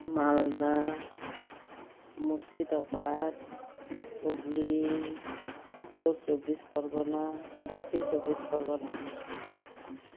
Malda Murshidabad Hooghly Uttar Chabbis Pargana Dakshin Chabbis Pargana